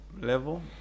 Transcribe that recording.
level